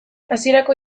hasierako